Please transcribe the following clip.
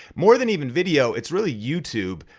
more than even video, it's really youtube.